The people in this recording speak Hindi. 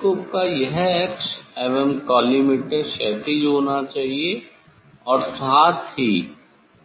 टेलीस्कोप का यह अक्ष एवं कॉलीमेटर क्षैतिज होना चाहिए और साथ ही